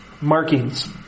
Markings